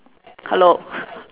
hello